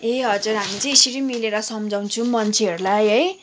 ए हजुर हामी चाहिँ यसरी मिलेर सम्झाउँछौँ मान्छेहरूलाई है